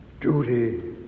duty